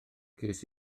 ces